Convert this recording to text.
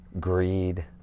greed